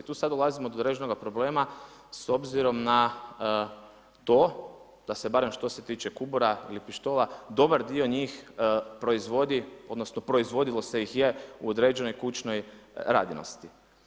Tu sad dolazimo do određenoga problema s obzirom na to da se barem što se tiče kubura ili pištola, dobar dio nijh proizvodi, odnosno proizvodilo se ih je u određenoj kućnoj radinosti.